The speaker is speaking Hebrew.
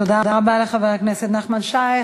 תודה רבה לחבר הכנסת נחמן שי.